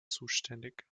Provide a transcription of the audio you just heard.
zuständig